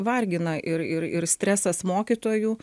vargina ir ir ir stresas mokytojų